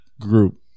group